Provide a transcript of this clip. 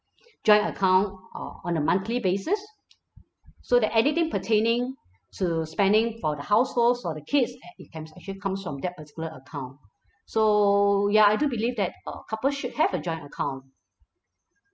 joint account uh on a monthly basis so that anything pertaining to spending for the households for the kids it can actually comes from that particular account so ya I do believe that uh couples should have a joint account